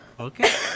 Okay